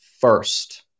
first